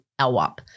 LWAP